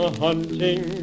hunting